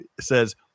says